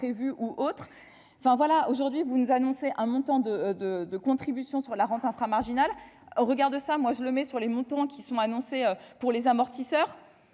imprévues ou autre, enfin voilà, aujourd'hui vous nous annoncez un montant de de de contributions sur la rente infra-marginal au regard de ça, moi je le mets sur les montants qui sont annoncées pour les amortisseurs